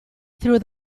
through